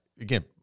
Again